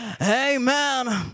Amen